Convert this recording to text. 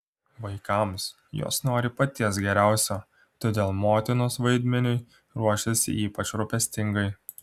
vaikams jos nori paties geriausio todėl motinos vaidmeniui ruošiasi ypač rūpestingai